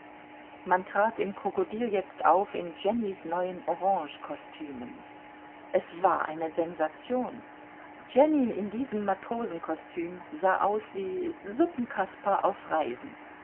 man trat im krokodil jetzt auf in jennys neuen orangekostümen es war eine sensation jenny in diesem matrosenkostüm sah aus wie suppenkaspar auf reisen